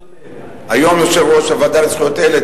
היום יושב-ראש הוועדה לזכויות הילד.